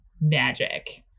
magic